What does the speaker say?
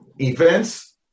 events